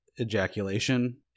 ejaculation